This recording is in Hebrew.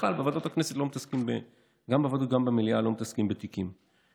בכלל, גם בוועדות וגם במליאה לא מתעסקים בתיקים.